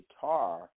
guitar